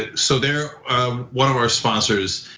ah so they're one of our sponsors.